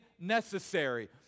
necessary